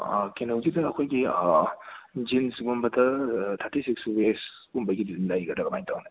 ꯀꯩꯅꯣꯒꯤꯗ ꯑꯩꯈꯣꯏꯒꯤ ꯖꯤꯟ꯭ꯁꯒꯨꯝꯕꯗ ꯊꯥꯔꯇꯤ ꯁꯤꯛꯁ ꯋꯦꯁꯀꯨꯝꯕꯒꯤꯗꯤ ꯂꯩꯒꯗ꯭ꯔ ꯀꯃꯥꯏ ꯇꯧꯅꯤ